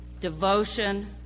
devotion